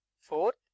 Fourth